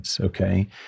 Okay